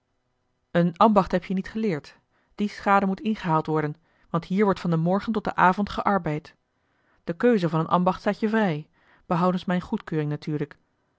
een ambacht heb je niet geleerd die schade moet ingehaald worden want hier wordt van den morgen tot den avond gearbeid de keuze van een ambacht staat je vrij behoudens mijne goedkeuring natuurlijk